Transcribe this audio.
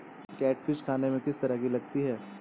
Catfish खाने में किस तरह की लगती है?